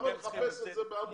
למה לחפש את זה בעמותות?